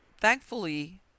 thankfully